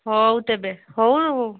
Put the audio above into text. ହେଉ ତେବେ ହେଉ